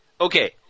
Okay